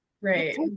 Right